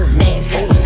nasty